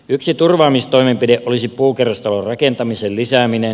yksi turvaamistoimenpide olisi puukerrostalorakentamisen lisääminen